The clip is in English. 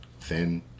thin